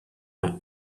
and